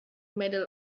medal